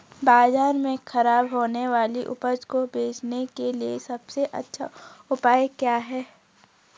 बाजार में खराब होने वाली उपज को बेचने के लिए सबसे अच्छा उपाय क्या हैं?